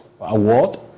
award